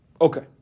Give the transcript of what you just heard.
Okay